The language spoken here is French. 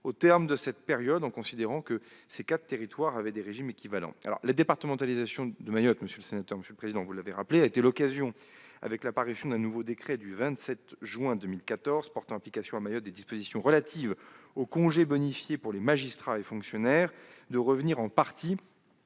au terme de cette période, en considérant que ces quatre territoires avaient des régimes équivalents. La départementalisation de Mayotte, vous l'avez rappelé, a été l'occasion, avec la parution d'un nouveau décret du 27 juin 2014 portant application à Mayotte des dispositions relatives aux congés bonifiés, pour les magistrats et fonctionnaires de revenir en partie